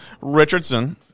Richardson